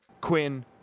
Quinn